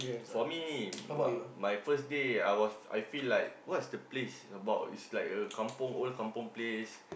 for me my my first day I was I feel like what's the place about is like a kampung old kampung place